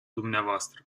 dumneavoastră